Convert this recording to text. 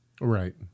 Right